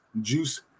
Juice